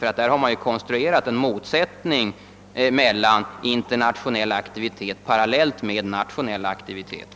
Man har konstruerat en motsättning mellan internationell aktivitet och parallellt bedriven nationell aktivitet.